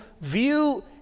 view